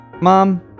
mom